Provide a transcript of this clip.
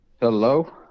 Hello